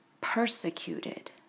persecuted